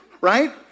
right